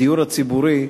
הדיור הציבורי,